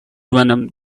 venom